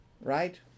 Right